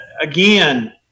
Again